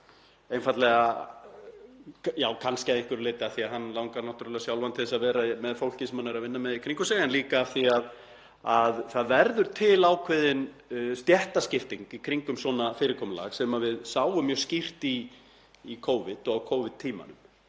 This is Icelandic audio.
siðferðilega röng, kannski að einhverju leyti af því að hann langar náttúrlega sjálfan til þess að vera með fólkið sem hann er að vinna með í kringum sig en líka af því að það verður til ákveðin stéttaskipting í kringum svona fyrirkomulag sem við sáum mjög skýrt í Covid og á Covid-tímanum.